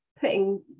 putting